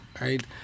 right